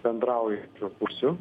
bendraujančių pusių